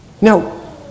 Now